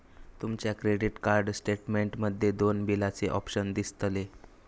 तुमच्या credit card statement मध्ये दोन बिलाचे ऑप्शन दिसतले